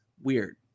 weird